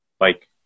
like-